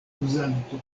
uzanto